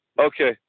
Okay